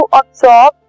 absorb